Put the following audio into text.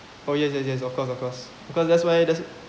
oh yes yes yes of course of course because that's why that's